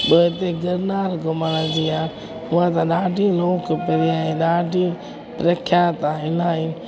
ॿियो हिते गिरनार घुमण जी आहे हूअ त ॾाढी लोकप्रिय आहे ॾाढी प्रख्यात आयल आहिनि